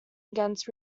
against